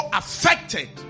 affected